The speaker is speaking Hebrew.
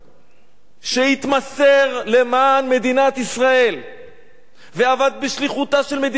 שהתמסר למען מדינת ישראל ועבד בשליחותה של מדינת ישראל,